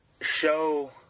show